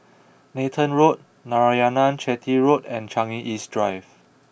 Nathan Road Narayanan Chetty Road and Changi East Drive